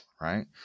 Right